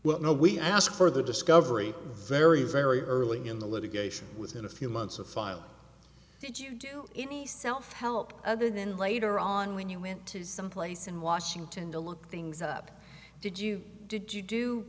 know we asked for the discovery very very early in the litigation within a few months of filing did you do any self help other than later on when you went to some place in washington to look things up did you did you do